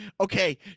okay